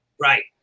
right